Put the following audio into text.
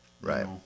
Right